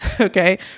Okay